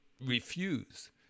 refuse